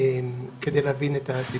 כדי להבין את הסיפור.